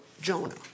Jonah